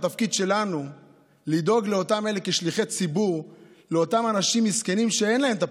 התפקיד שלנו כשליחי ציבור לדאוג לאותם אנשים מסכנים שאין להם את הפרנסה.